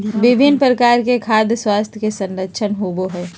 विभिन्न प्रकार के खाद्यान स्वास्थ्य के संरक्षण होबय हइ